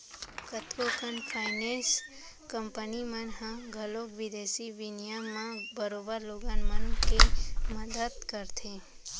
कतको कन finance company मन ह घलौक बिदेसी बिनिमय म बरोबर लोगन मन के मदत करथे